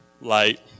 light